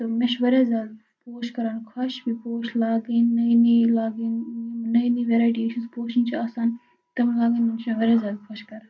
تہٕ مےٚ چھِ واریاہ زیادٕ پوش کَران خۄش یِم پوش لاگٕنۍ نٔے نٔے لاگٕنۍ نٔے نٔے وٮ۪رایٹی یُس پوشَن چھِ آسان تِم لاگٕنۍ یِم چھِ مےٚ واریاہ زیادٕ خۄش کَران